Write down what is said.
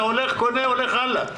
אתה הולך וקונה והולך הלאה.